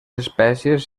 espècies